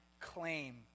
claim